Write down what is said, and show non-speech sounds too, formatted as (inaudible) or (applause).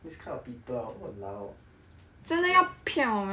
this kind of people ah !walao! (noise)